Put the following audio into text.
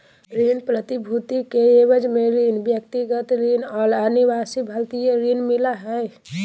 ऋण प्रतिभूति के एवज में ऋण, व्यक्तिगत ऋण और अनिवासी भारतीय ऋण मिला हइ